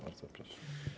Bardzo proszę.